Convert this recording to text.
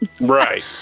right